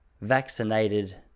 vaccinated